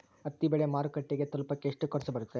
ಹತ್ತಿ ಬೆಳೆ ಮಾರುಕಟ್ಟೆಗೆ ತಲುಪಕೆ ಎಷ್ಟು ಖರ್ಚು ಬರುತ್ತೆ?